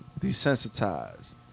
Desensitized